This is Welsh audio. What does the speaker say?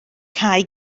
cau